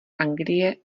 anglie